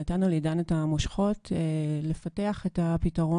נתנו לו את המושכות לפתח את הפתרון,